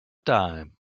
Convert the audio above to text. dime